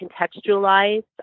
contextualize